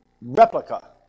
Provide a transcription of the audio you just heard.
replica